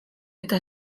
eta